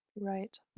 right